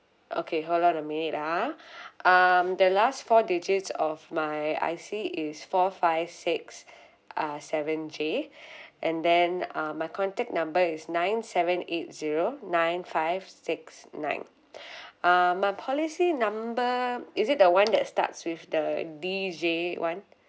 okay hold on a minute ah um the last four digits of my I_C is four five six uh seven J and then uh my contact number is nine seven eight zero nine five six nine uh my policy number is it the one that starts with the D J [one]